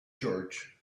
george